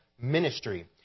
ministry